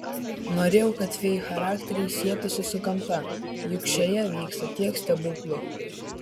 norėjau kad fėjų charakteriai sietųsi su gamta juk šioje vyksta tiek stebuklų